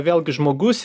vėlgi žmogus